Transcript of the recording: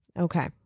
Okay